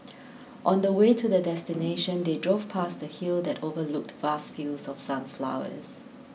on the way to their destination they drove past a hill that overlooked vast fields of sunflowers